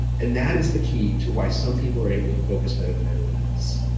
and that is the key to why some people are able to focus better than everyone else,